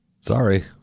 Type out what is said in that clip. sorry